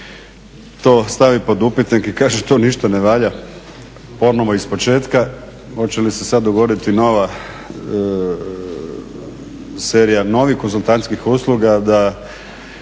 to stavi pod upitnik i kaže to ništa ne valja, ponovo ispočetka, hoće li se sad dogoditi nova serija novih konzultantskih usluga, da